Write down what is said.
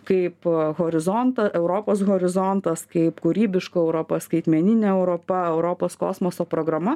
kaip horizontą europos horizontas kaip kūrybiška europa skaitmeninė europa europos kosmoso programa